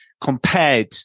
compared